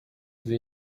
две